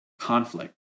conflict